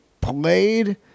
played